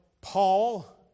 Paul